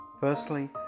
Firstly